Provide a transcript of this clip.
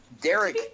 Derek